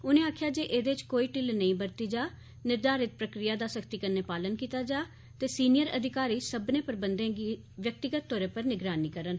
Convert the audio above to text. उनें आक्खेआ जे एहदे च कोई ढिल्ल नेई बरती जा निर्घारित प्रक्रिया दा सख्ती कन्नै पालन कीता जा ते वरिष्ठ अधिकारी सब्बनें प्रबंधें दी व्यक्तिगत तौरे पर निगरानी करन